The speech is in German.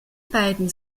beiden